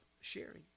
sharing